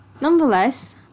Nonetheless